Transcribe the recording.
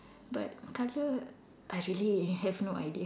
but colour I really have no idea